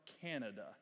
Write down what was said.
Canada